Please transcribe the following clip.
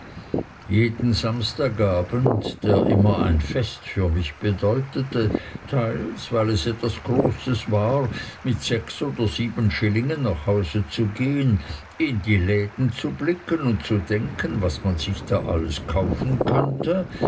jeden samstagabend der immer ein fest für mich bedeutete teils weil es etwas großes war mit sechs oder sieben schillingen nach hause zu gehen in die läden zu blicken und zu denken was man sich da alles kaufen könnte